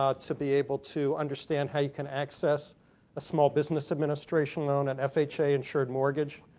ah to be able to understand how you can access a small business administration loan, an fha-insured mortgage.